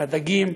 לדגים,